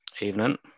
Evening